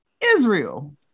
Israel